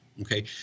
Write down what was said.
Okay